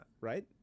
Right